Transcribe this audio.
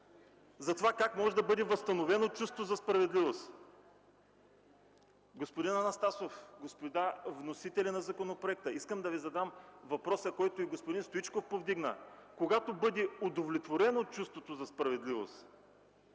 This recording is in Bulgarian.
за това как може да бъде възстановено чувството за справедливост. Господин Анастасов, господа вносители на законопроекта, искам да Ви задам въпросът, който повдигна и господин Стоичков: когато бъде удовлетворено чувството за справедливост,